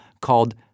called